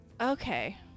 okay